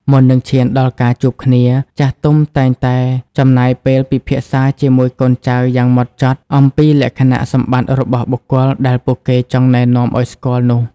មុននឹងឈានដល់ការជួបគ្នា ចាស់ទុំតែងតែចំណាយពេលពិភាក្សាជាមួយកូនចៅយ៉ាងម៉ត់ចត់អំពីលក្ខណៈសម្បត្តិរបស់បុគ្គលដែលពួកគេចង់ណែនាំឱ្យស្គាល់នោះ។